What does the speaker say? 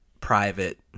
private